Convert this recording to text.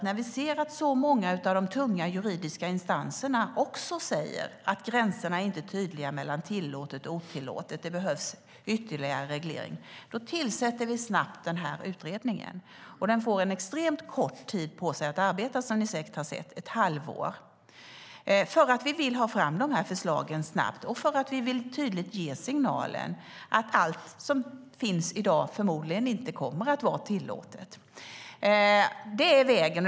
När så många av de tunga juridiska instanserna sade att gränserna inte är tydliga mellan tillåtet och otillåtet och att det behövs ytterligare reglering tillsatte vi snabbt den här utredningen. Den fick en extremt kort tid på sig att arbeta, som ni säkert har sett, ett halvår, för att vi vill ha fram förslagen snabbt och för att vi vill ge den tydliga signalen att förmodligen inte allt kommer att vara tillåtet som finns i dag.